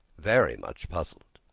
very much puzzled.